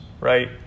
right